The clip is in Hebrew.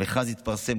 המכרז יתפרסם,